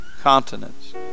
continents